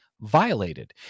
violated